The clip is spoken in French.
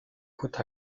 côte